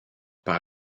par